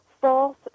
false